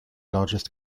largest